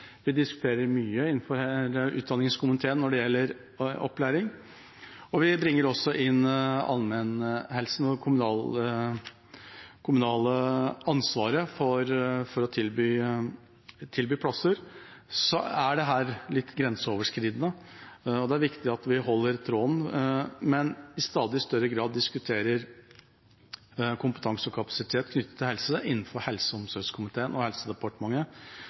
Vi diskuterer mye av det som er innenfor utdanningskomiteen, når det gjelder opplæring, og vi bringer også inn allmennhelsen og det kommunale ansvaret for å tilby plasser. Så dette er litt grenseoverskridende, og det er viktig at vi holder tråden, men det er også viktig at vi i stadig større grad diskuterer kompetanse og kapasitet knyttet til helse innenfor helse- og omsorgskomiteen og